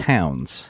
Towns